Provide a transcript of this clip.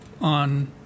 on